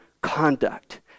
conduct